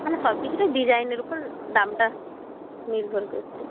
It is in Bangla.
না না সব কিছু তো ও ডিজাইনের উপর দামটা নির্ভর করছে